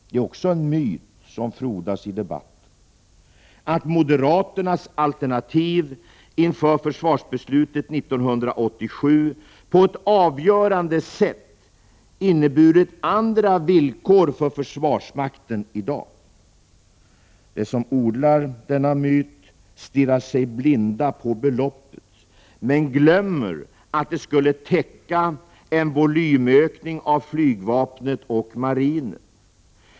Det är också en myt, som frodas i debatten, att moderaternas alternativ inför försvarsbeslutet 1987 på ett avgörande sätt inneburit andra villkor för försvarsmakten i dag. De som odlar denna myt stirrar sig blinda på beloppet men glömmer att det skulle täcka en volymökning av flygvapnet och marinen.